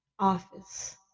office